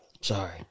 sorry